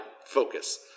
focus